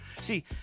See